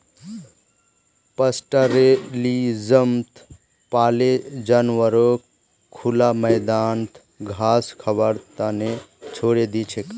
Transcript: पास्टोरैलिज्मत पाले जानवरक खुला मैदानत घास खबार त न छोरे दी छेक